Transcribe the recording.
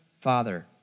Father